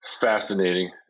fascinating